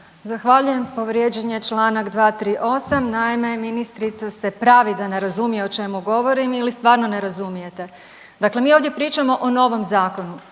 Zahvaljujem. Povrijeđen je Članak 238., naime ministrica se pravi da ne razumije o čemu govorim ili stvarno ne razumijete. Dakle, mi ovdje pričamo o novom zakonu,